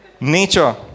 nature